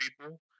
people